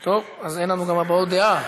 טוב, אז אין לנו גם הבעות דעה.